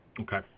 Okay